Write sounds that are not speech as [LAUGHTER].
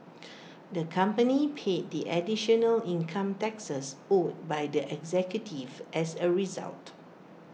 [NOISE] the company paid the additional income taxes owed by the executives as A result